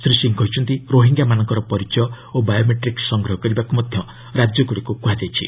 ଶ୍ରୀ ସିଂ କହିଛନ୍ତି ରୋହିଙ୍ଗ୍ୟାମାନଙ୍କର ପରିଚୟ ଓ ବାୟୋମେଟ୍ରିକ୍କ ସଂଗ୍ରହ କରିବାକୁ ମଧ୍ୟ ରାଜ୍ୟଗୁଡ଼ିକୁ କୁହାଯାଇଛି